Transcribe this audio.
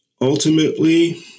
Ultimately